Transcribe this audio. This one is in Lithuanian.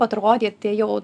atrodė tie jau